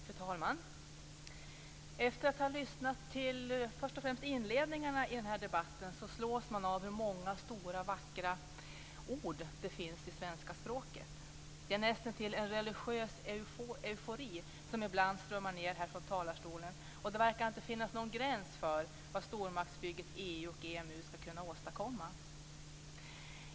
Fru talman! Efter att ha lyssnat till först och främst inledningarna i den här debatten slås man av hur många stora och vackra ord det finns i svenska språket. Det är näst intill en religiös eufori som ibland strömmar ned här från talarstolen, och det verkar inte finnas någon gräns för vad stormaktsbygget EU och EMU ska kunna åstadkomma.